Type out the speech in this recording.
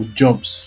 jobs